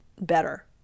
better